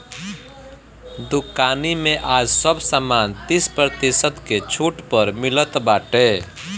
दुकानी में आज सब सामान तीस प्रतिशत के छुट पअ मिलत बाटे